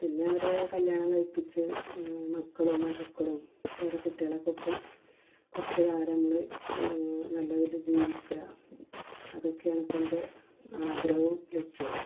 പിന്നെ അവരെ കല്യാണം കഴിപ്പിച്ച് മക്കളും മരുക്കളും പേരക്കുട്ടികളുടെ ഒക്കെ ഒപ്പം കുറച്ചുകാലം നമ്മള് നല്ലപോലെ ജീവിക്കുക അതൊക്കെയാണ് ഇപ്പം എൻ്റെ ആഗ്രഹവും ലക്ഷ്യവും